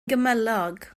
gymylog